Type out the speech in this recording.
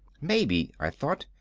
maybe, i thought,